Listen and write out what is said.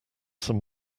some